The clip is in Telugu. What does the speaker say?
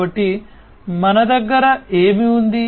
కాబట్టి మన దగ్గర ఏమి ఉంది